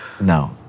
no